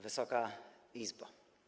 Wysoka Izbo!